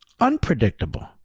unpredictable